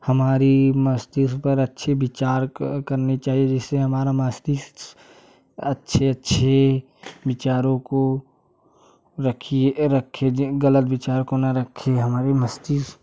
हमारे मस्तिष्क पर अच्छे विचार करने चाहिए जिससे हमारा मस्तिष्क अच्छे अच्छे विचारों को रखिए गलत विचार को ना रखें हमारे मस्तिष्क